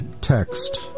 text